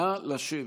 נא לשבת.